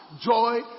joy